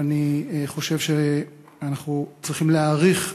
ואני חושב שאנחנו צריכים להעריך,